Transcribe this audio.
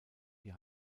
die